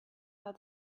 how